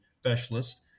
Specialist